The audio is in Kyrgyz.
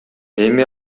эми